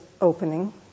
opening